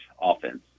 offense